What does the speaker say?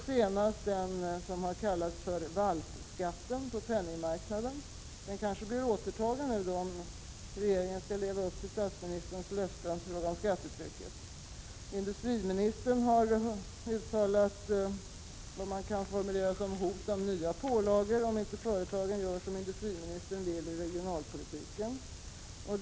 Senast kom den s.k. valpskatten på penningmarknaden. Den kanske blir återtagen nu, om regeringen skall leva upp till statsministerns löfte i fråga om skattetrycket. Industriministern har gjort uttalanden som man kan uppfatta som hot om nya pålagor om inte företagen gör som industriministern vill i regionalpolitiken.